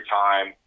time